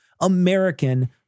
American